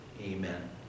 Amen